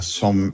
som